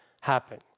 happen